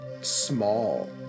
small